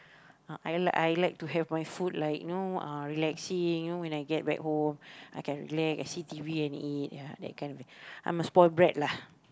uh I like I like to have my food like you know uh relaxing you know when I get back home I can relax I see T_V and eat ya that kind of a I'm a spoiled brat lah